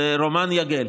זה רומן יגל.